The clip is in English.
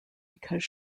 because